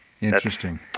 Interesting